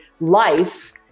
life